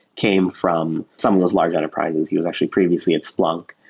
came from some of those large enterprises. he was actually previously at splunk.